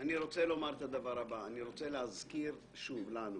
אני רוצה להזכיר לנו שוב.